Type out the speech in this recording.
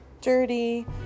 dirty